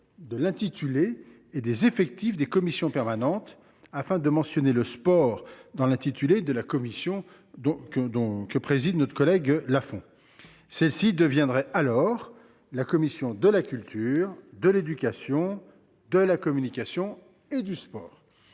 de l’intitulé et des effectifs des commissions permanentes, afin de mentionner le sport dans l’intitulé de la commission que préside notre collègue Laurent Lafon. Celle ci deviendrait alors la commission « de la culture, de l’éducation, de la communication et du sport